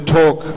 talk